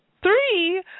Three